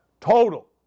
Total